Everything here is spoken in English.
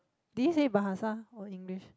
did he say Bahasa or English